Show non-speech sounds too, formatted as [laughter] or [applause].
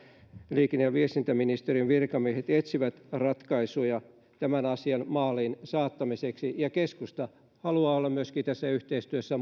liikenne ja viestintäministeriön virkamiehet etsivät ratkaisuja tämän asian maaliin saattamiseksi keskusta haluaa olla myöskin tässä yhteistyössä [unintelligible]